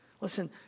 listen